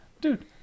dude